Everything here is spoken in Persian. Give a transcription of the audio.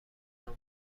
امدن